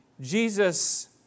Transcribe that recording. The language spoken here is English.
Jesus